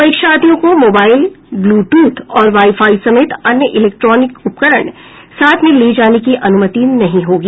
परीक्षार्थियों को mobile Bluetooth और वाई फाई समेत अन्य इलेक्ट्रॉनिक उपकरण साथ में ले जाने की अनुमति नहीं होगी